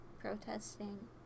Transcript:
protesting